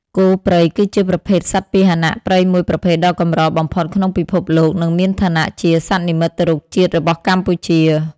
គោព្រៃ គឺជាប្រភេទសត្វពាហនៈព្រៃមួយប្រភេទដ៏កម្របំផុតក្នុងពិភពលោក និងមានឋានៈជា សត្វនិមិត្តរូបជាតិរបស់កម្ពុជា។